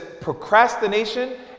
procrastination